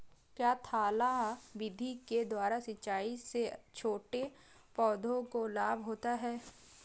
क्या थाला विधि के द्वारा सिंचाई से छोटे पौधों को लाभ होता है?